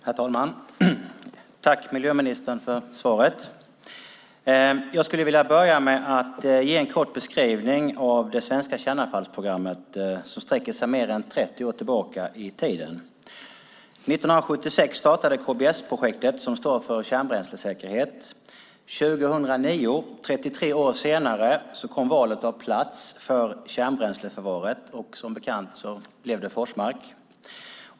Herr talman! Jag tackar miljöministern för svaret. Jag skulle vilja börja med att ge en kort beskrivning av det svenska kärnavfallsprogrammet, som sträcker sig mer än 30 år tillbaka i tiden. År 1976 startade KBS-projektet. KBS står för kärnbränslesäkerhet. År 2009, 33 år senare, kom valet av plats för kärnbränsleförvaret. Som bekant blev det Forsmark.